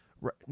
Right